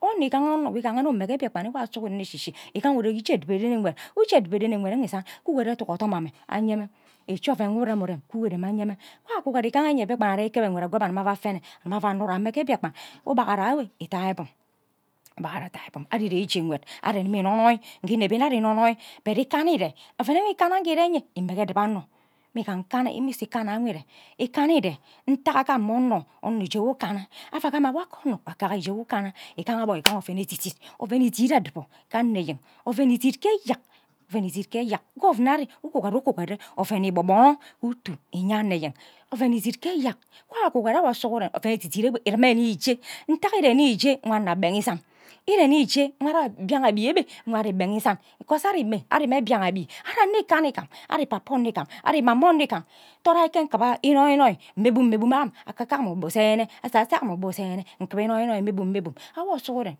Onno igaha onno nwo mme mbiakpan ewe awo sughuren igaha ure ije adibe renenkwed uje edibe rene nkwed enwe isan kogoro oduk odom ame anyeˈmme ije oven nwo irerem ire mme wan akugore igaha enyen mbiakpan are ikeb nkwed akwo aba agim afene akima ava anura mmo ghe mbiakpan ubaghara enwe idai ibum ubaghara idai ibum ari ari ire ije nkwed ari iguni inonoyi nghe igun nne ari igimi inonoyi ikana ire enyen awe ikana ije iren jek ime ke edibo onno mme isu ikana ire ikanna ire ntaghe agam mma onno ije nwo ukana atta agima nwa ka onno nwa ka ayo uje wo ikana igaha gbon igaha oven edit dit oven dit edibo ke ano eyen oven idit-edit edibo ove idit idit ghe eyak oven idit ke eyak Governon ari ughugore kugore ovan igbon gbono utu wyen onno enyen oven idit ke eyak wan akugore oven edit enwe irime nni ije ntake irime ije nwa onno agbeghe isan ire nni ijo wo ari mbian agbi enwe agbege isan because ari mhe ari mme mbian agbi ari anno ikan igam ari papa onno igam ari mama onno igan lorei nkiba inonoyi mme bum mme bum am akano ugbe usanne asasam ugbe isainne nkibe inonoyi inonoyi mme bum awo sughuren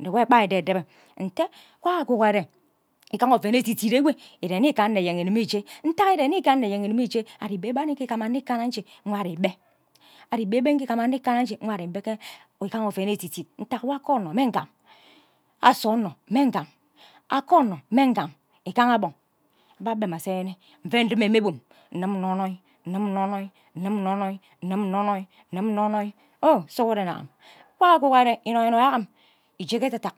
no wo gba ke ededebe nte wan akugore igaha oven edit edit enwe iri mme nni kur igimi ije ari mbe ije igam anno ikana nje ari ikpe ari mbe be nje gam anno ikan nje nga ari ibe igaha oven edit ntak nwa ka onno mme ngam ase onno mme ngam oke onno mme ngam igaha gbo abe abenna asai nne nue ndime mme bum ndim nonoyi ndim nonoyi mim nnonoyi mim nnonoyi ndim nnonoyi sughuren agim wan akukogore inonoyi am yeke ededak